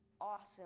Awesome